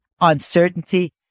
uncertainty